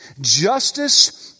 justice